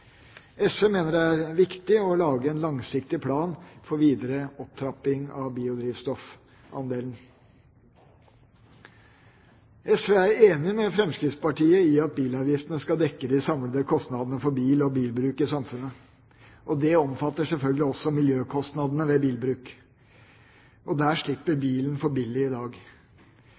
SV mener det er viktig å lage en langsiktig plan for videre opptrapping av biodrivstoffandelen. SV er enig med Fremskrittspartiet i at bilavgiftene skal dekke de samlede kostnadene for bil og bilbruk i samfunnet. Det omfatter selvfølgelig også miljøkostnadene ved bilbruk, og der slipper bilen for billig i dag.